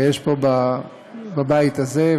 ויש פה בבית הזה,